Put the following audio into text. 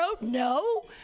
no